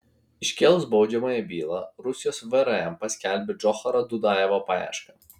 iškėlus baudžiamąją bylą rusijos vrm paskelbė džocharo dudajevo paiešką